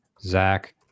Zach